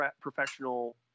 professional